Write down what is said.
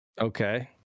okay